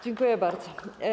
Dziękuję bardzo.